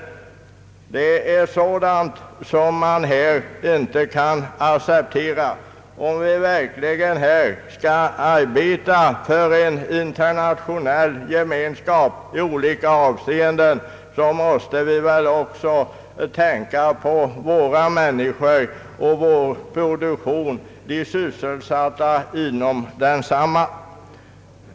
Det är sådant som vi inte kan acceptera. Även om vi naturligtvis skall arbeta för en internationell gemenskap i olika avseenden måste vi ändock tänka på vår egen produktion och de människor som är sysselsatta inom densamma.